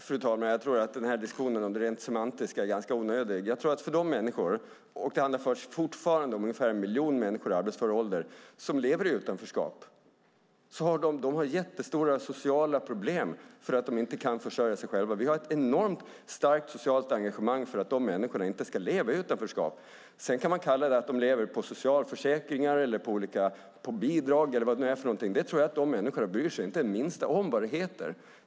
Fru talman! Jag tror att diskussionen om det rent semantiska är ganska onödig. De här människorna - det handlar fortfarande om ungefär en miljon människor i arbetsför ålder som lever i utanförskap - har jättestora sociala problem för att de inte kan försörja sig själva. Vi har ett enormt starkt socialt engagemang för att de människorna inte ska leva i utanförskap. Man kan säga att de lever på socialförsäkringar, på bidrag eller vad det är. Jag tror inte att de här människorna inte bryr sig det minsta om vad det heter.